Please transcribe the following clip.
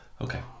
Okay